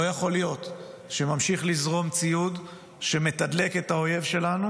לא יכול להיות שממשיך לזרום ציוד שמתדלק את האויב שלנו